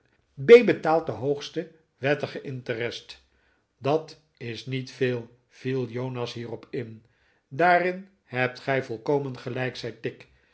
betaalt den hoogsten wettigen interest dat is niet veel viel jonas hierop in daarin hebt gij volkomen gelijk zei tigg